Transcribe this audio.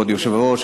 כבוד היושב-ראש,